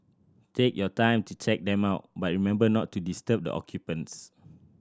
take your time to check them out but remember not to disturb the occupants